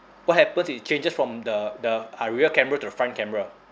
what happens is it changes from the the uh rear camera to the front camera